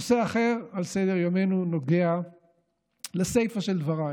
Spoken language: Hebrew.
נושא אחר על סדר-יומנו נוגע לסיפא של דבריי,